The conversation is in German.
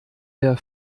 der